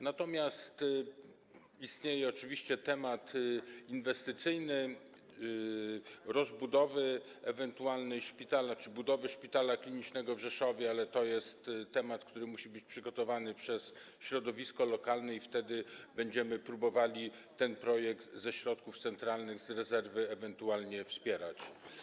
Natomiast istnieje oczywiście temat inwestycyjny dotyczący ewentualnej rozbudowy szpitala czy budowy szpitala klinicznego w Rzeszowie, ale to jest temat, który musi być przygotowany przez środowisko lokalne i wtedy będziemy próbowali ten projekt ze środków centralnych z rezerwy ewentualnie wspierać.